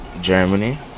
Germany